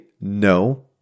no